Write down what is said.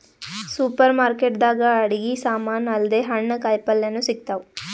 super market ದಾಗ್ ಅಡಗಿ ಸಮಾನ್ ಅಲ್ದೆ ಹಣ್ಣ್ ಕಾಯಿಪಲ್ಯನು ಸಿಗ್ತಾವ್